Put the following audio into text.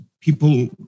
people